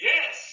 Yes